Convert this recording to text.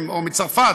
או מצרפת,